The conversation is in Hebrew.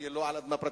היא לא על אדמה פרטית.